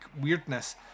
weirdness